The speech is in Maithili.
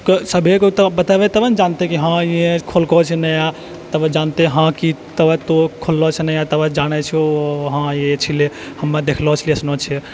कोइके सबेके बतेबे तबे नहि जानते कि हँ ई अछि खोलतो छै नया तब ओऽ जानते कि हँ तो खोललो छै नया हँ ओऽ जानै छै इसीलिये हमर देखलोह सुनलोह छै